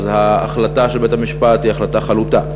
ההחלטה של בית-המשפט היא החלטה חלוטה.